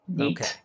Okay